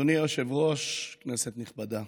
אדוני היושב-ראש, כנסת נכבדה,